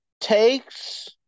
takes